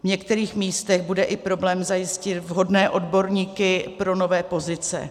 V některých místech bude i problém zajistit vhodné odborníky pro nové pozice.